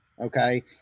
Okay